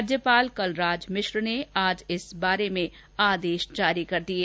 राज्यपाल कलराज मिश्र ने आज इस बारे में आदेश जारी कर दिये